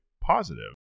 positive